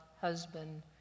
husband